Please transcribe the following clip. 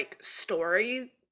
story